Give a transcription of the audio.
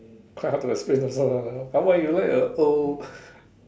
quite hard to explain also lah how come you like a old